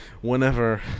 Whenever